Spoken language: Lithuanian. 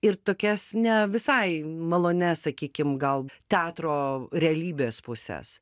ir tokias ne visai malonias sakykim gal teatro realybės puses